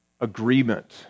agreement